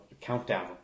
Countdown